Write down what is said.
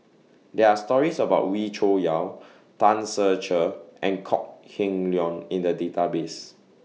There Are stories about Wee Cho Yaw Tan Ser Cher and Kok Heng Leun in The Database